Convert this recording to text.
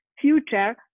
future